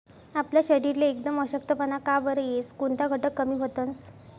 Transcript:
आपला शरीरले एकदम अशक्तपणा का बरं येस? कोनता घटक कमी व्हतंस?